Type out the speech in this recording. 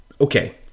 okay